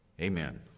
Amen